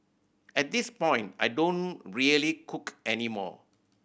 at this point I don't really cook any more